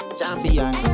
Champion